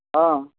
हाँ